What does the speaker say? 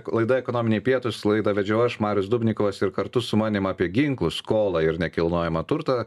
laida ekonominiai pietūs laidą vedžiau aš marius dubnikovas ir kartu su manim apie ginklus skolą ir nekilnojamą turtą